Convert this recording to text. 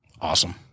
Awesome